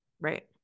right